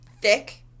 thick